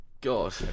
God